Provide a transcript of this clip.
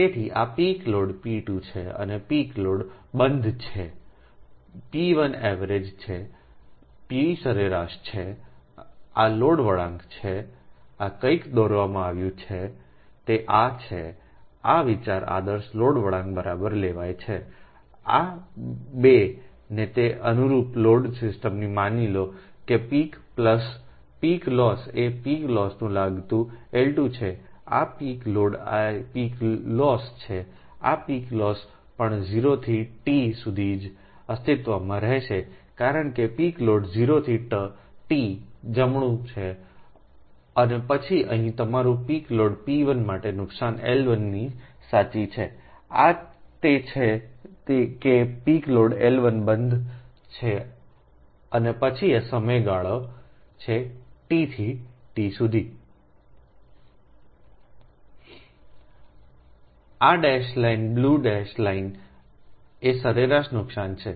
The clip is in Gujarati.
તેથી આ પીક લોડ p2 છે અને પીક લોડ બંધ છે p1 એવરેજ છે p સરેરાશ છે આ લોડ વળાંક છે આ કંઈક દોરવામાં આવ્યું છે તે આ છે આ વિચાર આદર્શ લોડ વળાંક બરાબર લેવાય છે આ 2 ને તે અનુરૂપ લોડ સિસ્ટમને માની લો કે પીક લોસ એ પીક લોસને લગતું છે L2 છે આ પીક લોડ એ પીક લોસ છે આ પીક લોસ પણ 0 થી t સુધી જ અસ્તિત્વમાં રહેશે કારણ કે પીક લોડ 0 થી t જમણું છે અને પછી અહીં તમારું પીક લોડ p1 માટે નુકસાન L1 ની સાચી છે આ તે છે કે પીક લોડ L1 બંધ છે અને પછી આ સમયગાળો છે T થી t સુધી સંદર્ભ લો 0737 આ dash line blue dash line એ સરેરાશ નુકસાન છે